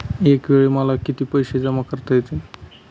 एकावेळी मला किती पैसे जमा करता येतात?